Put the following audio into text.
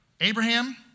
Abraham